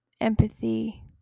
empathy